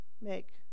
make